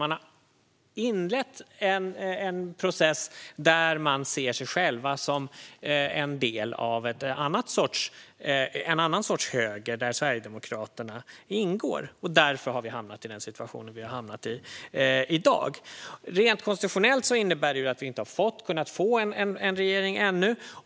Man har inlett en process där man ser sig som en del av en annan sorts höger där Sverigedemokraterna ingår. Därför har vi hamnat i den här situationen i dag. Rent konstitutionellt innebär det att vi inte har kunnat få en regering ännu.